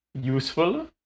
useful